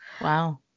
wow